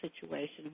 situation